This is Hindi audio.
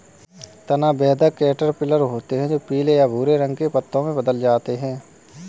तना बेधक कैटरपिलर होते हैं जो पीले या भूरे रंग के पतंगे में बदल जाते हैं